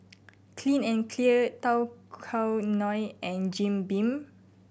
Clean and Clear Tao Kae Noi and Jim Beam